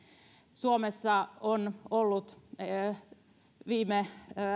suomessa on ollut viime